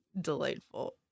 delightful